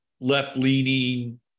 left-leaning